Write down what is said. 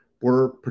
Border